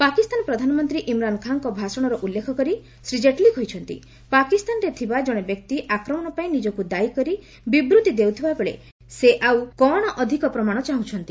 ପାକିସ୍ତାନ ପ୍ରଧାନମନ୍ତ୍ରୀ ଇମ୍ରାନ୍ ଖାଁଙ୍କ ଭାଷଣର ଉଲ୍ଲେଖ କରି ଶ୍ରୀ ଜେଟ୍ଲୀ କହିଛନ୍ତି ପାକିସ୍ତାନରେ ଥିବା ଜଣେ ବ୍ୟକ୍ତି ଆକ୍ରମଣ ପାଇଁ ନିଜକୁ ଦାୟୀ କରି ବିବୃତ୍ତି ଦେଉଥିବାବେଳେ ସେ ଆଉ କ'ଣ ଅଧିକ ପ୍ରମାଣ ଚାହୁଁଛନ୍ତି